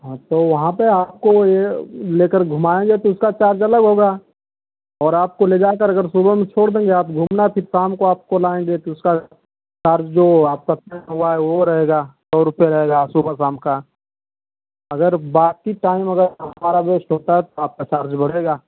हाँ तो वहाँ पर आपको यह लेकर घुमाएंगे तो उसका चार्ज अलग होगा और आपको ले जा कर कर सुबह में छोड़ देंगे आप घूमना फ़िर शाम को आपको लाएंगे तो उसका चार्ज जो आपका हुआ है वह रहेगा सौ रुपये रहेगा सुबह शाम का अगर बाकी टाइम अगर हमारा वेस्ट होता है तो आपका चार्ज बढ़ेगा